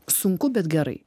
sunku bet gerai